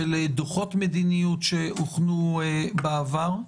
של דוחות מדיניות שהוכנו בעבר.